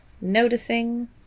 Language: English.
noticing